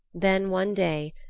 then one day,